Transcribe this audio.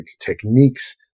techniques